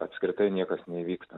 apskritai niekas neįvyksta